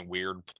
Weird